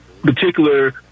particular